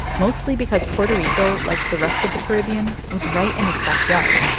mostly because puerto rico like the rest of the caribbean was right in its backyard,